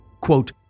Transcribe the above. quote